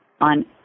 On